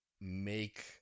make